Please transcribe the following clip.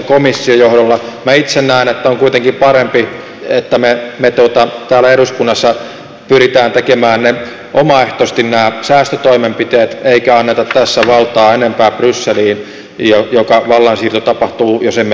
minä itse näen että on kuitenkin parempi että me täällä eduskunnassa pyrimme tekemään omaehtoisesti nämä säästötoimenpiteet emmekä anna tässä valtaa enempää brysseliin mihin vallansiirto tapahtuu jos emme tee niin